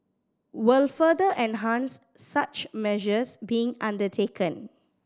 will further enhance such measures being undertaken